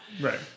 Right